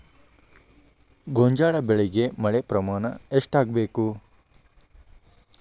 ಗೋಂಜಾಳ ಬೆಳಿಗೆ ಮಳೆ ಪ್ರಮಾಣ ಎಷ್ಟ್ ಆಗ್ಬೇಕ?